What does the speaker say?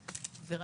לאובדן.